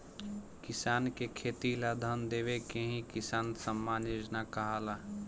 किसान के खेती ला धन देवे के ही किसान सम्मान योजना कहाला